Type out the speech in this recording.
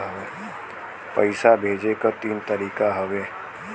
पइसा भेजे क तीन तरीका हउवे